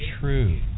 true